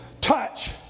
touch